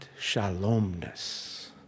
shalomness